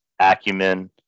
acumen